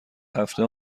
هفته